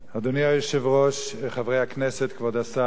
אדוני היושב-ראש, חברי הכנסת, כבוד השר,